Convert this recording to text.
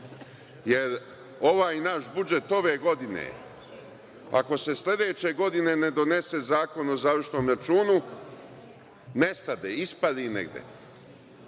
jer ovaj naš budžet, ove godine, ako se sledeće godine ne donese zakon o završnom računu, nestade, ispari negde.